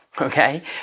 okay